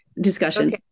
discussion